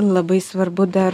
labai svarbu dar